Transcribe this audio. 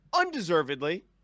Undeservedly